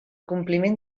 compliment